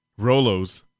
Rolos